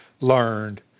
learned